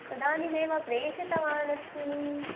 तदानीमेव प्रेषितवानस्मी